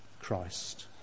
Christ